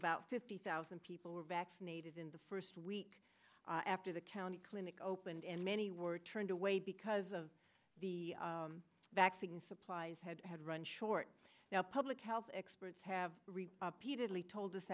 about fifty thousand people were vaccinated in the first week after the county clinic opened and many were turned away because of the vaccine supplies had had run short now public health experts have